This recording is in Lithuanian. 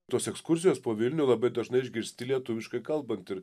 tos ekskursijos po vilnių labai dažnai išgirsti lietuviškai kalbant ir